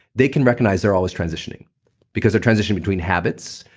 they can recognize they're always transitioning because they're transitioning between habits,